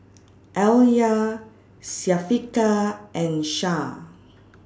Alya Syafiqah and Shah